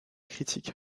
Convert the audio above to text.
critique